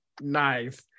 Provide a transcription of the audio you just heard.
Nice